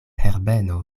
herbeno